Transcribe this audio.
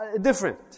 different